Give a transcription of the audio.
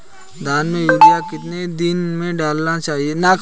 धान में यूरिया कितने दिन में डालना चाहिए?